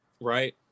Right